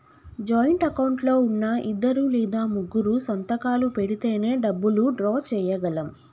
joint account లో ఉన్నా ఇద్దరు లేదా ముగ్గురూ సంతకాలు పెడితేనే డబ్బులు డ్రా చేయగలం